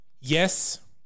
yes